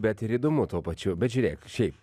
bet ir įdomu tuo pačiu bet žiūrėk šiaip